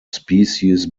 species